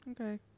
okay